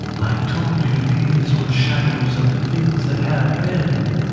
i told you these were shadows of the things that have been,